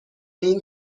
این